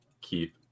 Keep